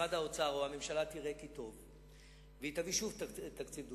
משרד האוצר או הממשלה יראו כי טוב והם יביאו שוב תקציב דו-שנתי.